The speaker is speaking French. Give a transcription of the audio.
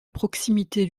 proximité